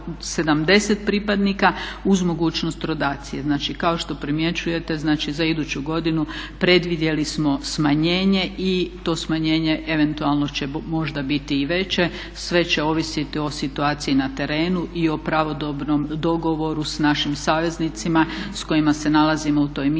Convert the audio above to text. ne razumije./…. Znači kao što primjećujete znači za iduću godinu predvidjeli smo smanjenje i to smanjenje eventualno će možda biti i veće, sve će ovisiti o situaciji na terenu i o pravodobnom dogovoru sa našim saveznicima s kojima se nalazimo u toj misiji